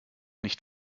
nicht